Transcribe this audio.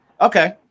Okay